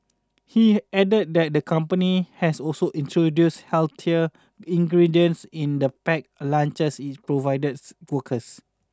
he added that the company has also introduced healthier ingredients in the packed lunches it provided workers